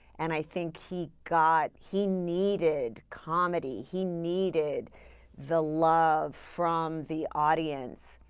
and i think he got he needed comedy. he needed the love from the audience.